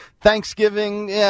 Thanksgiving